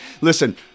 Listen